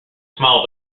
small